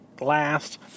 last